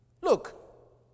look